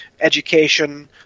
education